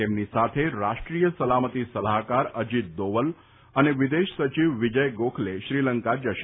તેમની સાથે રાષ્ટ્રીય સલામતિ સલાહકાર અજીત દોવલ અને વિદેશ સચિવ વિજય ગોખલે શ્રીલંકા જશે